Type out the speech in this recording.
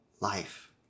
life